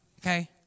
Okay